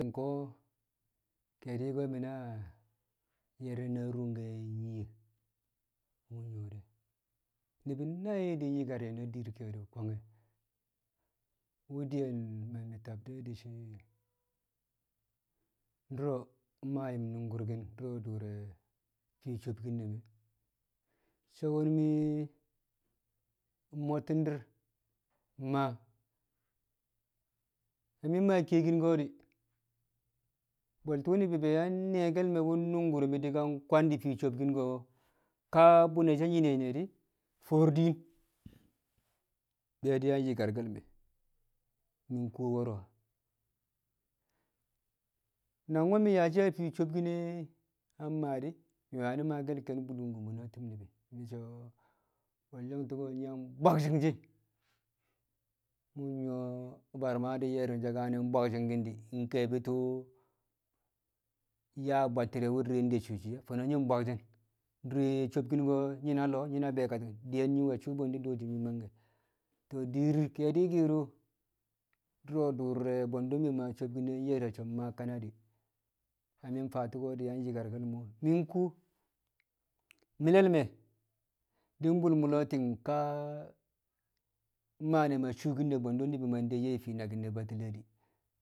ke̱e̱di̱ ko̱ mi̱ na ye̱rni̱n na rṵngke̱ nyiye wu̱ nƴu̱wo̱ de̱ ni̱bi̱ nai̱ di̱ nyi̱kar ye̱ na dir ke̱e̱di̱ kwange̱ wṵ di̱ye̱n mi̱ mamɪ tab de̱ di̱ shi̱ du̱ro̱ maa yṵm nu̱ngkṵrki̱n dṵro̱ dṵr re̱ fii sobkin nye̱ so̱ wṵ mi̱ mo̱tti̱n dir mmaa. Na mi̱ maa kiyekin ko̱ we̱l tṵṵ ni̱bi̱ yang nyi̱ye̱ke̱l me̱ wu̱ nṵngku̱r mi̱ kwangdi̱ fii sobkin ko̱ ka bṵne̱ she̱ nyine nyine di̱ fo̱o̱r di̱i̱n be̱ yang nyi̱karke̱l me̱ mi̱ kṵwo̱ wo̱ro̱. Nangwu̱ mi̱ yaa shi̱ fii a sobkin ne̱ na ma di̱ mi̱ wani̱ maa ke̱n bu̱lu̱ngmo̱ na ti̱b ni̱bi̱ mɪ so̱ wolyong tu̱ko̱ nyɪ yang bwakshi̱nshi̱ nyu̱wo̱ bar Maa di̱ nye̱rnɪn so̱ bwakshi̱ngki̱n ke̱e̱bi̱ tu̱u̱ yang a bwatti̱re̱ wu̱ de swi̱swi̱ e̱, fo̱no̱ nyi̱ bwakshin. Dure so̱bki̱n ko̱ nyi̱ na lo̱o̱, nyi̱ na be̱e̱kati̱ng diyen nyi̱ we̱ suu bwe̱ndi̱, do̱o̱shi̱ nyi̱ mangke̱. Dir ke̱e̱di̱ ke̱ro̱ dṵro̱ dur re̱ bwe̱ndṵ maa sobkn nye̱r so̱ mmaa kanadi̱ na mi̱ faa tṵko̱ yang nyi̱kar mo̱. Mi̱ kuwo mi̱le̱ me̱ di̱ bṵl mi̱le̱ ti̱ng ka mmaa ne̱m shṵṵki̱n bwe̱ndṵ ni̱bi̱ mang deyye fii naki̱n ne̱ batile di̱.